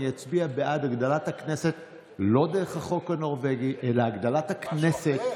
אני אצביע בעד הגדלת הכנסת לא דרך החוק הנורבגי אלא הגדלת הכנסת.